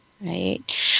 right